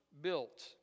built